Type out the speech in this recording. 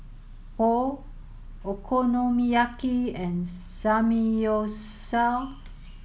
Pho Okonomiyaki and Samgyeopsal